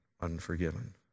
unforgiven